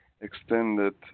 Extended